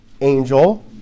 angel